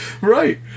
right